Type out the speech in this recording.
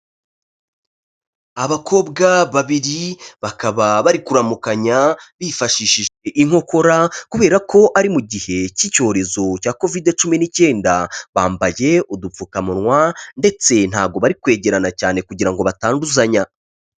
Abakobwa babiri bakaba bari kuramukanya bifashishije inkokora kubera ko ari mu gihe cy'icyorezo cya kovid cumi n'icyenda, bamba udupfukamunwa ndetse ntabwo bari kwegerana cyane kugira ngo batanduzanya.